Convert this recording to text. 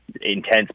intense